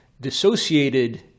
dissociated